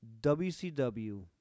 WCW